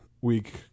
week